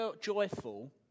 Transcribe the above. joyful